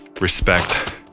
respect